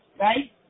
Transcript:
Right